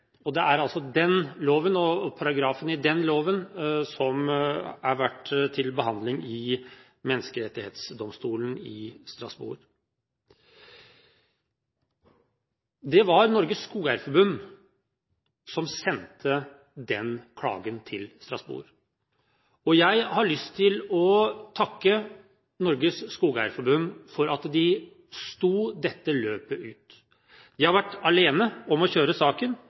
Det er altså den loven og den paragrafen som har vært til behandling i menneskerettighetsdomstolen i Strasbourg. Det var Norges Skogeierforbund som sendte klagen til Strasbourg. Jeg har lyst til å takke Norges Skogeierforbund for at de sto dette løpet ut. De har vært alene om å kjøre saken